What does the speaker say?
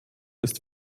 ist